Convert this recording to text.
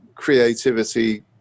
creativity